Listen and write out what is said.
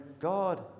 God